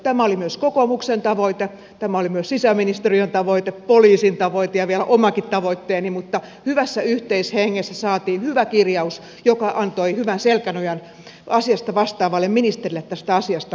tämä oli myös kokoomuksen tavoite tämä oli myös sisäministeriön tavoite poliisin tavoite ja vielä omakin tavoitteeni mutta hyvässä yhteishengessä saatiin hyvä kirjaus joka antoi hyvän selkänojan asiasta vastaavalle ministerille tästä asiasta myös säätää